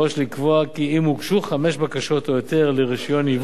לקבוע כי אם הוגשו חמש בקשות או יותר לרשיון ייבוא,